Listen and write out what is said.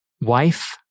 Wife